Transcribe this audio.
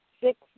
six